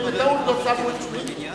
בטעות לא שמו את שמי.